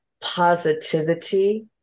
positivity